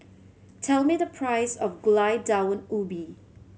tell me the price of Gulai Daun Ubi